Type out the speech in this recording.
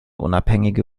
unabhängige